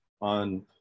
on